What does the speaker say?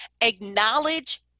Acknowledge